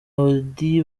auddy